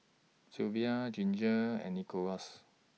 Sylva Ginger and Nicholaus